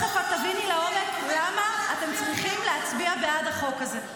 לעומק למה אתם צריכים להצביע בעד החוק הזה,